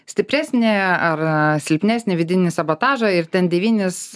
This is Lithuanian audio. stipresnį ar silpnesnį vidinį sabotažą ir ten devynis